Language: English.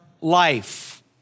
life